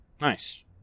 nice